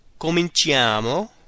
COMINCIAMO